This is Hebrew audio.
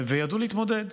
וידעו להתמודד,